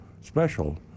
special